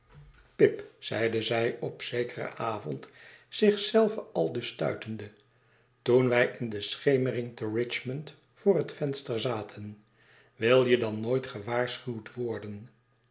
pip zeide zij op zekeren avond zich zelve aldus stuitende toen wij in de schemering te richmond voor het venster zaten wil je dan nooit gewaarschuwd worden